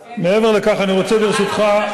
מעבר לכך אני רוצה, ראש הממשלה יכעס על זה.